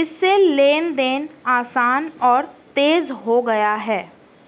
اس سے لین دین آسان اور تیز ہو گیا ہے